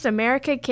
America